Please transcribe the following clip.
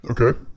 Okay